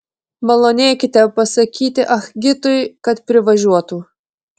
malonėkite pasakyti ah gitui kad privažiuotų